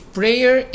prayer